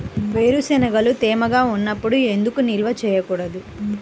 వేరుశనగలు తేమగా ఉన్నప్పుడు ఎందుకు నిల్వ ఉంచకూడదు?